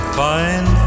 find